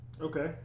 Okay